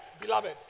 Beloved